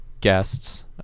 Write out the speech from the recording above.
guests